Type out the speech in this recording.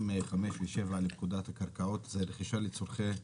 5 ו-7 לפקודת הקרקעות זה רכישה לצורכי?